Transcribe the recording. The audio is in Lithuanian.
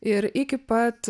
ir iki pat